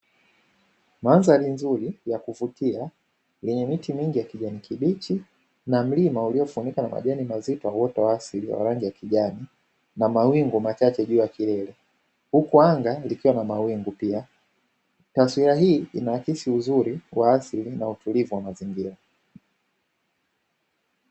Mandhari nzuri ya kuvutia yenye miti mingi ya kijani kibichi, na mlima uliofunikwa na majani mazito ya uoto wa asili wa rangi ya kijani na mawingu machache juu ya kilele, huku anga likiwa na mawingu pia. Taswira hii inaakisi uzuri wa asili na utulivu wa mazingira.